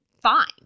fine